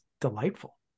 delightful